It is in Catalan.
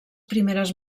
primeres